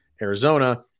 arizona